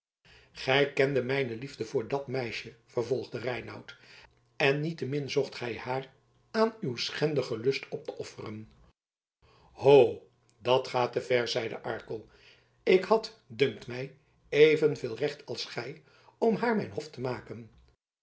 gij kendet mijne liefde voor dat meisje vervolgde reinout en niettemin zocht gij haar aan uw schendigen lust op te offeren ho dat gaat te ver zeide arkel ik had dunkt mij evenveel recht als gij om haar mijn hof te maken